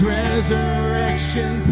resurrection